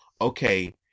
okay